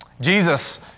Jesus